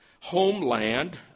homeland